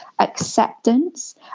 Acceptance